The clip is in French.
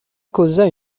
causa